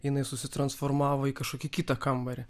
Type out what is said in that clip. jinai susitransformavo į kažkokį kitą kambarį